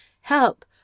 Help